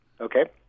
Okay